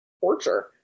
torture